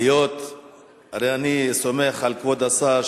הרי אני סומך על כבוד השר,